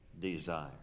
desire